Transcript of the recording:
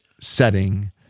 setting